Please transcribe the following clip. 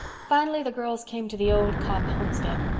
finally the girls came to the old copp homestead.